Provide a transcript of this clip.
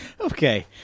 Okay